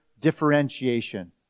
differentiation